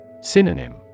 Synonym